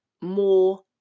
more